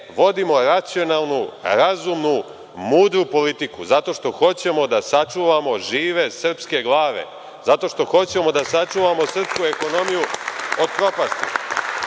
vodimo racionalnu, razumnu, mudru politiku, zato što hoćemo da sačuvamo žive srpske glave. Zato što hoćemo da sačuvamo srpsku ekonomiju od propasti. Pa